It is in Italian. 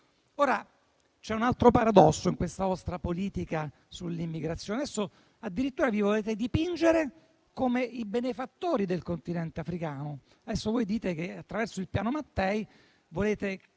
C'è un altro paradosso in questa vostra politica sull'immigrazione. Adesso addirittura vi volete dipingere come i benefattori del continente africano e dite che, attraverso il Piano Mattei, volete